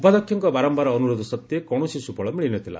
ଉପାଧ୍ୟକ୍ଷଙ୍କ ବାରମ୍ଭାର ଅନୁରୋଧ ସତ୍ତ୍ୱେ କୌଣସି ସ୍କୁଫଳ ମିଳିନଥିଲା